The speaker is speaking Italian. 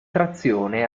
trazione